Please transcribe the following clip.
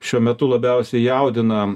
šiuo metu labiausiai jaudina